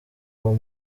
uwo